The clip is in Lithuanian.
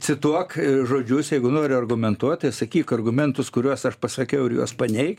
cituok žodžius jeigu nori argumentuot tai sakyk argumentus kuriuos aš pasakiau ir juos paneik